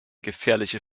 gefährliche